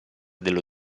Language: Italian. dello